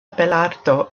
belarto